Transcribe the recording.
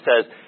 says